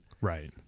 right